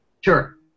Sure